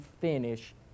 finish